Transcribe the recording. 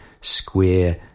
square